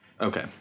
okay